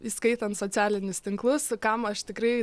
įskaitant socialinius tinklus kam aš tikrai